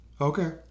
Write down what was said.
Okay